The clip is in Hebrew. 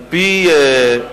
על-פי,